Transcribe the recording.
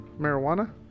marijuana